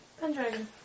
Pendragon